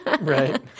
Right